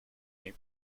may